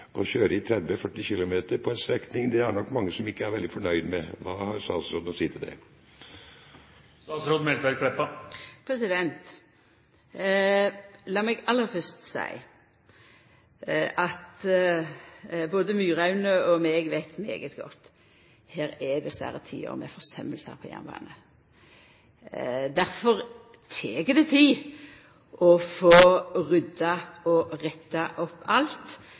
å kjøre i 30–40 km/t på en strekning i 2011 er det nok mange som ikke er veldig fornøyd med. Hva har statsråden å si til det? Lat meg aller fyrst seia at både Myraune og eg veit veldig godt at når det gjeld jernbane, er det dessverre tiår med forsømming. Difor tek det tid å få rydda og retta opp alt.